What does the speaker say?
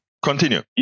Continue